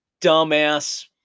dumbass